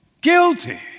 guilty